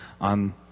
on